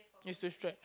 use that stretch